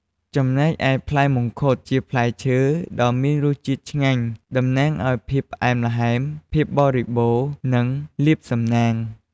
ចំណែកឯផ្លែមង្ឃុត ជាផ្លែឈើដ៏មានរសជាតិឆ្ងាញ់ តំណាងឲ្យ ភាពផ្អែមល្ហែម ភាពបរិបូណ៌ និងលាភសំណាង។